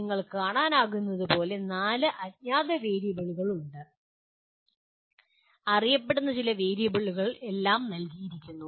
നിങ്ങൾക്ക് കാണാനാകുന്നതുപോലെ നാല് അജ്ഞാത വേരിയബിളുകൾ ഉണ്ട് അറിയപ്പെടുന്ന ചില വേരിയബിളുകൾ എല്ലാം നൽകിയിരിക്കുന്നു